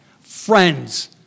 friends